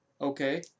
okay